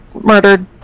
murdered